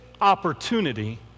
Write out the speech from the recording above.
opportunity